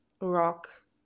rock